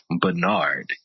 Bernard